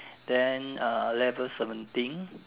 then uh level seventeen